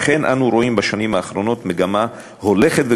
אנו רואים בשנים האחרונות מגמה הולכת וגוברת